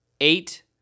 Eight